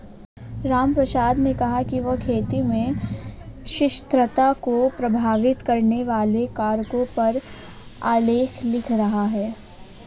रामप्रसाद ने कहा कि वह खेती में स्थिरता को प्रभावित करने वाले कारकों पर आलेख लिख रहा है